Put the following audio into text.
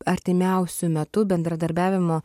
artimiausiu metu bendradarbiavimo